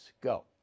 go